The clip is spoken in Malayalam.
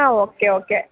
ആ ഓക്കെ ഓക്കെ